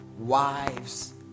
wives